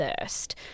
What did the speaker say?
first